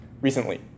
recently